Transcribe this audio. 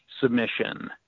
submission